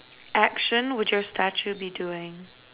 action would your statue be doing